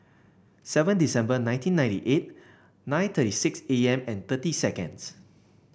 seven December nineteen ninety eight nine thirty six A M and thirty seconds